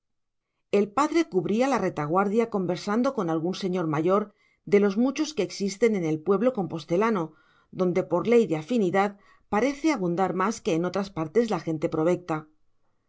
el padre cubría la retaguardia conversando con algún señor mayor de los muchos que existen en el pueblo compostelano donde por ley de afinidad parece abundar más que en otras partes la gente provecta